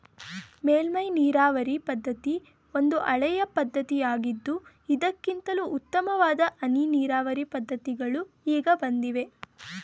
ಮೇಲ್ಮೈ ನೀರಾವರಿ ಪದ್ಧತಿ ಒಂದು ಹಳೆಯ ಪದ್ಧತಿಯಾಗಿದ್ದು ಇದಕ್ಕಿಂತಲೂ ಉತ್ತಮವಾದ ಹನಿ ನೀರಾವರಿ ಪದ್ಧತಿಗಳು ಈಗ ಬಂದಿವೆ